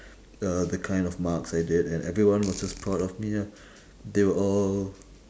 uh the kind of marks I did and everyone was just proud of me ah they were all